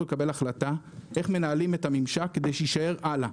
של דבר לקבל החלטה איך מנהלים את הממשק כדי שיישאר הלאה.